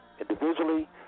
Individually